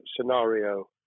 scenario